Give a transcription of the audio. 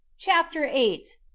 chapter eight.